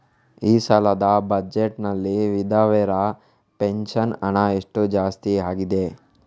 ಈ ಸಲದ ಬಜೆಟ್ ನಲ್ಲಿ ವಿಧವೆರ ಪೆನ್ಷನ್ ಹಣ ಎಷ್ಟು ಜಾಸ್ತಿ ಆಗಿದೆ?